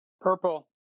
Purple